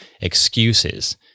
excuses